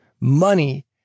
Money